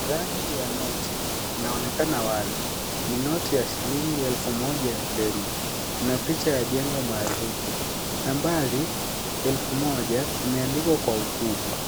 Rangi ya noti inaonekana wazi, ni noti ya shilingi elfu moja ya Kenya. Ina picha ya jengo maarufu, nambari elfu moja imeandikwa kwa ukubwa.